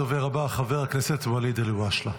הדובר הבא, חבר הכנסת ואליד אלהואשלה.